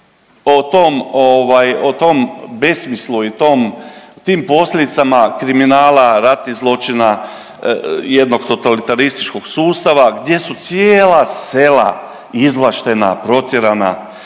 o tom besmislu i tom, tim posljedicama kriminala, ratnih zločina jednog totalitarističkog sustava gdje su cijela sela izvlaštena, protjerana,